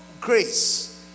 grace